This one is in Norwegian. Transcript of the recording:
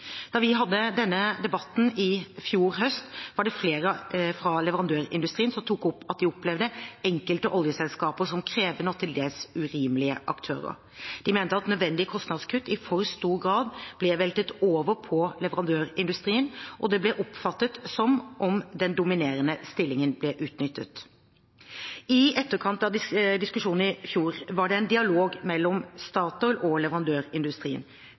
Da vi hadde denne debatten i fjor høst, var det flere fra leverandørindustrien som tok opp at de opplevde enkelte oljeselskaper som krevende og til dels urimelige aktører. De mente at nødvendige kostnadskutt i for stor grad ble veltet over på leverandørindustrien, og det ble oppfattet som om den dominerende stillingen ble utnyttet. I etterkant av diskusjonen i fjor var det en dialog mellom Statoil og leverandørindustrien.